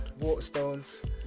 Waterstones